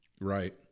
Right